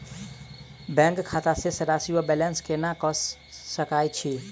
Bank खाता शेष राशि वा बैलेंस केना कऽ सकय छी?